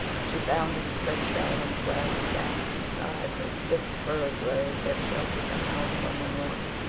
she found him stretched out on the grassy bank beside the thick fir grove that sheltered the house on the north,